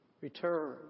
Return